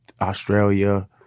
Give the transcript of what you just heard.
Australia